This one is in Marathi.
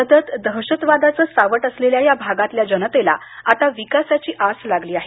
सतत दहशतवादाचं सावट असलेल्या या भागातल्या जनतेला आता विकासाची आस लागली आहे